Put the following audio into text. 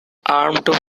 armed